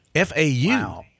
FAU